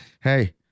Hey